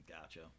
Gotcha